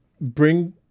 bring